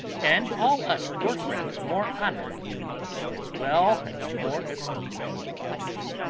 and all us, your friends, more honour you as well as more esteem and love.